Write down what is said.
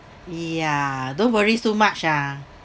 ya don't worry so much ah